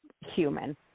human